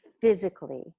physically